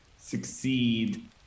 succeed